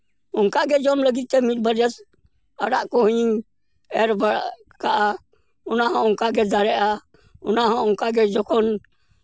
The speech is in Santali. ᱚᱱᱠᱟᱜᱮ ᱡᱚᱢ ᱞᱟᱹᱜᱤᱫᱛᱮ ᱢᱤᱫᱼᱵᱟᱨᱭᱟ ᱟᱲᱟᱜ ᱠᱚᱦᱚᱧ ᱮᱨ ᱠᱟᱜᱼᱟ ᱚᱱᱟᱦᱚᱸ ᱚᱱᱠᱟᱜᱮ ᱫᱟᱨᱮᱜᱼᱟ ᱚᱱᱟᱦᱚᱸ ᱚᱱᱠᱟᱜᱮ ᱡᱚᱠᱷᱚᱱ